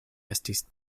estis